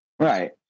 Right